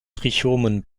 trichomen